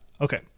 Okay